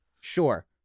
Sure